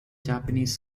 japanese